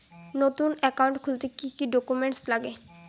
নতুন একাউন্ট খুলতে কি কি ডকুমেন্ট লাগে?